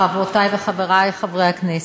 חברותי וחברי חברי הכנסת,